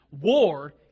War